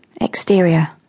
exterior